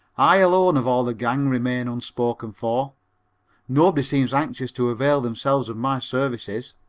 i alone of all the gang remain unspoken for nobody seems anxious to avail themselves of my services.